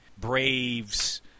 Braves